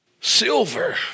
Silver